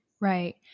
Right